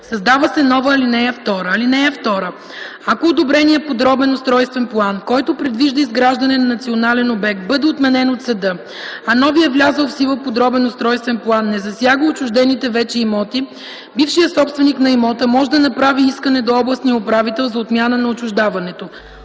Създава се нова ал. 2: „(2) Ако одобреният подробен устройствен план, който предвижда изграждане на национален обект, бъде отменен от съда, а новият влязъл в сила подробен устройствен план не засяга отчуждените вече имоти, бившият собственик на имота може да направи искане до областния управител за отмяна на отчуждаването.